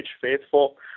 faithful